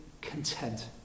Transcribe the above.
content